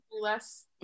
less